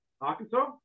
Arkansas